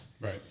right